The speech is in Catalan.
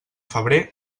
febrer